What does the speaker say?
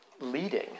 leading